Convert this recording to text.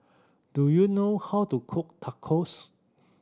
do you know how to cook Tacos